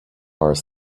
are